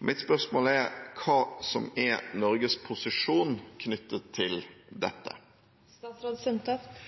Hva er Norges posisjon knyttet til